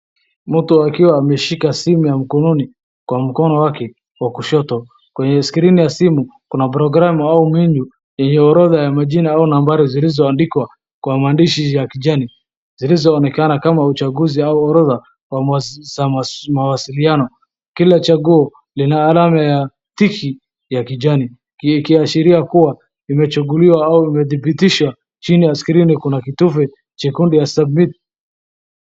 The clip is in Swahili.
Mtu akiwa ameshika simu ya mkononi kwa mkono wake wa kushoto. Kwenye screen ya simu kuna programu ambayo au menyu yenye orodha ya majina au nambari zilizoandikwa kwa maandishi ya kijani zilizoonekana kama uchanguzi au orodha za mawasiliano. Kila changuo lina alama ya tiki ya kijani ikiashiria kuwa imechanguliwa au imedhibitishwa. Chini ya skrini kuna kitufe chekundu ya submit .